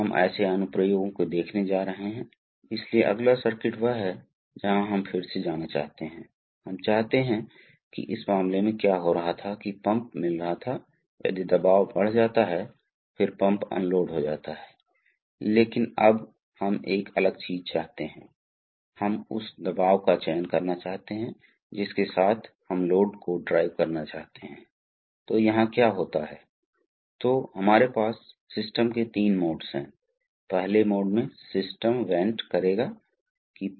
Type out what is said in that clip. अब ये ये याद रखने वाली कुछ खास बातें ये सिस्टम बहुत सटीक हैं बहुत सटीक गति का निर्माण करता है और इसलिए बहुत सटीक आकारों के कुछ हिस्सों की आवश्यकता होती है जो एक दूसरे के भीतर चले जाते हैं इसलिए इसमें घर्षण की मात्रा शामिल होती है अन्यथा तरल पदार्थ बाहर लीक होता जा रहा है सही है